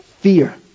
fear